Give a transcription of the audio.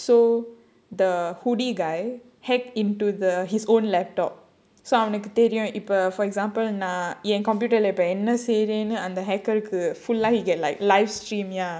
so the hoodie guy hacked into the his own laptop அவனுக்கு தெரியும் இப்ப:avanukku theriyum ippo for example நான் என்:naan en computer leh இப்ப என்ன செய்றேன்னு:ippa enna seiraenu hacker கு:ku he get like livestream ya